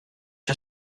you